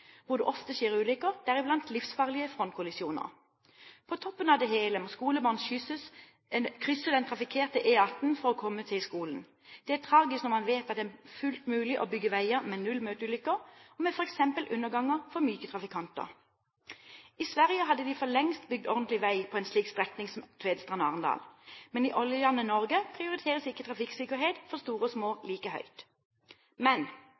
hvor det ofte skjer ulykker, deriblant livsfarlige frontkollisjoner. På toppen av det hele må skolebarn krysse den trafikkerte E18 for å komme til skolen. Det er tragisk når man vet at det er fullt mulig å bygge veier med null møteulykker, f.eks. med underganger for myke trafikanter. I Sverige hadde de for lengst bygd ordentlig vei på en slik strekning som Tvedestrand–Arendal, men i oljelandet Norge prioriteres ikke trafikksikkerhet for store og små